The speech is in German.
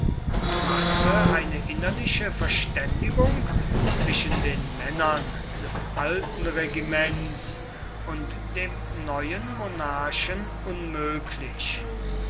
und machte eine innerliche verständigung zwischen den männern des alten regiments und dem neuen monarchen unmöglich